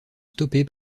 stoppé